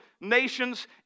nations